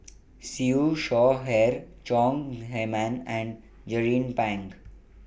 Siew Shaw Her Chong Heman and Jernnine Pang